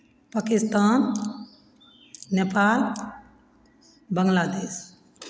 Pakistan Nepal Bangladesh